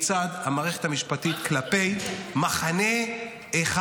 -- מצד המערכת המשפטית כלפי מחנה אחד,